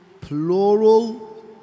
plural